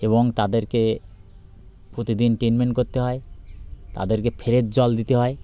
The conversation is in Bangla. এবং তাদেরকে প্রতিদিন ট্রিটমেন্ট করতে হয় তাদেরকে ফ্রেশ জল দিতে হয়